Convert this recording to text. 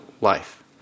life